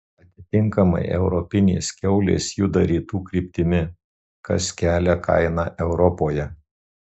atitinkamai europinės kiaulės juda rytų kryptimi kas kelia kainą europoje